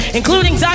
including